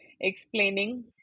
explaining